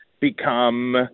become